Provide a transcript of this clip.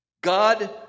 God